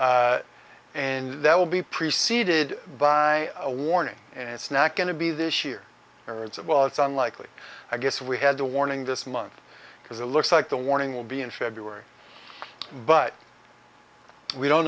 and that will be preceded by a warning and it's not going to be this year or it's well it's unlikely i guess we had the warning this month because it looks like the warning will be in february but we don't